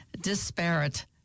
disparate